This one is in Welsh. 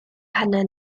pennau